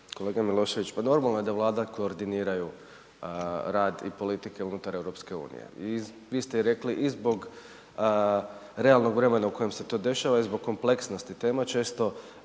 Kolega Milošević, pa normalno je da Vlada koordiniraju rad i politike unutar EU i vi ste i rekli i zbog realnog vremena u kojem se to dešava i zbog kompleksnosti tema često